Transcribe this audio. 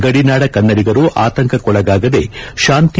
ಗಡಿನಾಡ ಕನ್ನಡಿಗರು ಆತಂಕಕ್ಕೊಳಗಾಗದೇ ಶಾಂತಿ